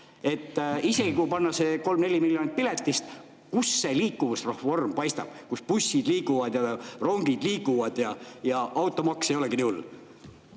Isegi kui panna see kolm-neli miljonit piletist, siis kust see liikuvusreform paistab, kus bussid liiguvad, rongid liiguvad ja automaks ei olegi nii hull?